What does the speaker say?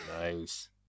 Nice